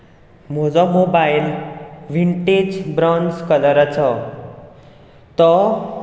म्हजो mobile vintage bronze कलराचो तो